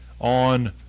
on